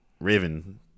Raven